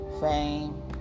Fame